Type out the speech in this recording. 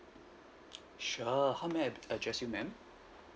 sure how may I address you madam